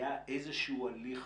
היה איזשהו הליך